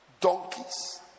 Donkeys